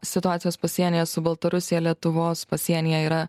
situacijos pasienyje su baltarusija lietuvos pasienyje yra